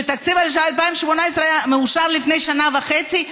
תקציב 2018 אושר לפני שנה וחצי,